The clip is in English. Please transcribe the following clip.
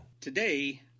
Today